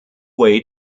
way